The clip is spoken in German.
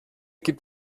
gibt